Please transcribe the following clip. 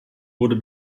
wurde